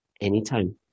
anytime